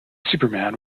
superman